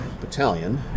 Battalion